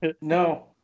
No